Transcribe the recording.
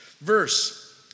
verse